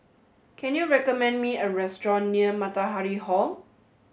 can you recommend me a restaurant near Matahari Hall